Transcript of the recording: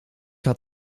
had